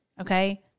okay